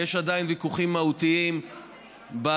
ויש עדיין ויכוחים מהותיים בקואליציה,